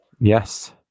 Yes